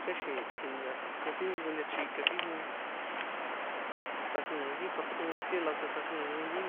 Ticháxi̱n tjiña tsjiko sin nko tachika kixin tsakjiin ri kuatjote la ko tsakjiin ri